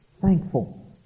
thankful